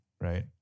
Right